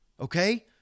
okay